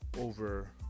over